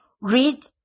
Read